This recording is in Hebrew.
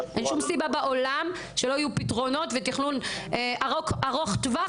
אין שום סיבה בעולם שלא יהיו פתרונות ותכנון ארוך טווח